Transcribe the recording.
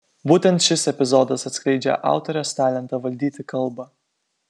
būtent šis epizodas atskleidžią autorės talentą valdyti kalbą